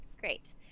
Great